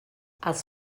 els